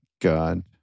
God